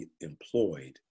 employed